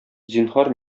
зинһар